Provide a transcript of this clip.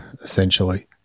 essentially